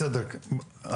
בסדר,